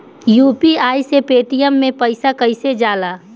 UPI से Paytm मे पैसा कइसे जाला?